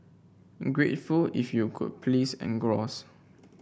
grateful if you could please engross